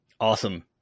Awesome